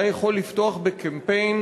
היה יכול לפתוח בקמפיין